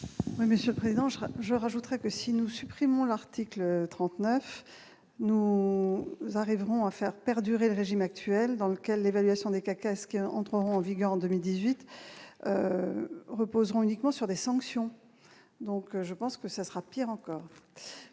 monsieur le Président, je crois, je rajouterai que si nous supprimons l'article 39, nous arriverons à faire perdurer le régime actuel, dans lequel l'évaluation des cas quesque entreront en vigueur en 2018 reposant uniquement sur des sanctions, donc je pense que ça sera pire encore,